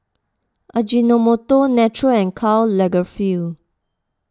Ajinomoto Naturel and Karl Lagerfeld